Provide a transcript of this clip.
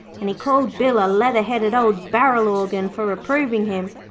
and he called bill a leather-headed old barrel organ for reproving him.